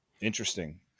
Interesting